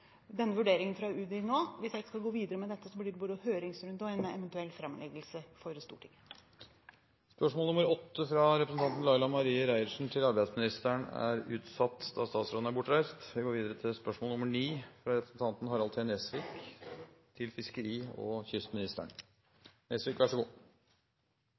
denne vurderingen fra Utdanningsdirektoratet, og hvis jeg skal gå videre med dette, så blir det både en høringsrunde og en eventuell framleggelse for Stortinget. Dette spørsmålet er utsatt, da statsråden er bortreist. Jeg vil stille følgende spørsmål til